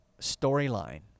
storyline